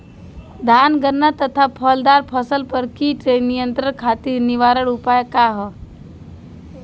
धान गन्ना तथा फलदार फसल पर कीट नियंत्रण खातीर निवारण उपाय का ह?